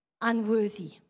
unworthy